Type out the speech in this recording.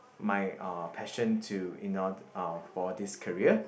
my uh passion to you know for this career